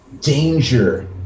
danger